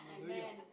Amen